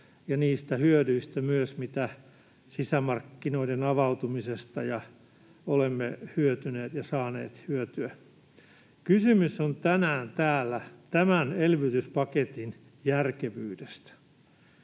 niistä hyödyistä, mitä sisämarkkinoiden avautumisesta olemme hyötyneet ja saaneet hyötyä. Kysymys on tänään täällä tämän elvytyspaketin järkevyydestä.